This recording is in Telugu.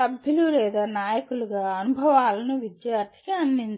సభ్యులు లేదా నాయకులుగా అనుభవాలను విద్యార్థికి అందించాలి